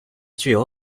具有